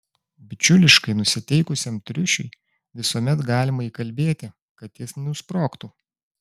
bičiuliškai nusiteikusiam triušiui visuomet galima įkalbėti kad jis nusprogtų